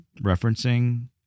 referencing